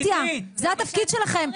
קטיה, זה התפקיד שלכם.